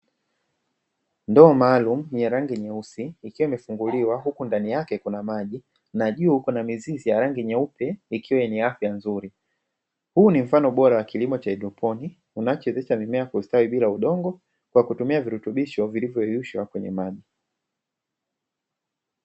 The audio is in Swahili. Ndoo maalum ni rangi nyeusi ikiwa imefunguliwa huku ndani yake kuna maji najua uko na mizizi ya rangi nyeupe ikiwa yenye afya nzuri. Huu ni mfano bora wa kilimo cha ituponi unachezesha mimea kustawi bila udongo kwa kutumia virutubisho vilivyoyeyushwa kwenye maji.